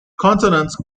consonants